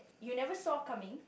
you never saw coming